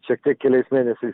šiek tiek keliais mėnesiais